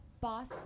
Boss